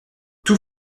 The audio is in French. tout